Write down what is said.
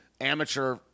amateur